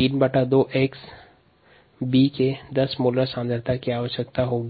32 X B के 10 molar सांद्रता की आवश्यकता होगी